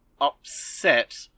upset